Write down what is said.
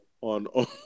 on